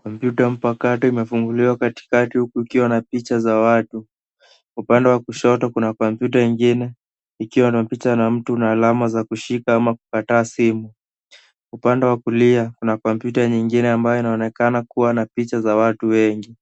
Kompyuta mpakato imefunguliwa katikati huku ikiwa na picha za watu. Upande wa kushoto, kuna kompyuta ingine ikiwa na picha na mtu na alama za kushika ama kukataa simu. Upande wa kulia, kuna kompyuta nyingine ambayo inaoneka kuwa na picha za watu wengi.